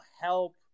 help